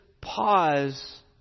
pause